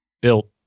built